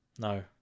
No